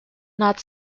not